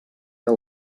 que